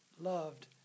loved